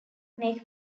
make